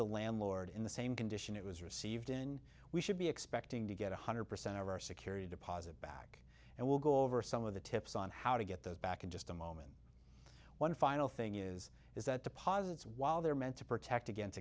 the landlord in the same condition it was received in we should be expecting to get one hundred percent of our security deposit back and we'll go over some of the tips on how to get those back in just a moment one final thing is is that deposits while they're meant to protect against